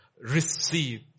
receive